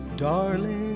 Darling